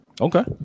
Okay